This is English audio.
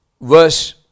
verse